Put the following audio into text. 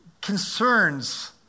concerns